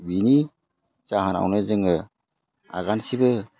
बिनि जाहोनावनो जोङो आगानसेबो